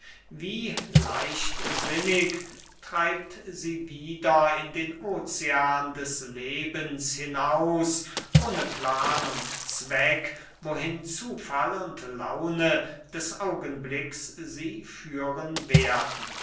wie leichtsinnig treibt sie wieder in den ocean des lebens hinaus ohne plan und zweck wohin zufall und laune des augenblicks sie führen werden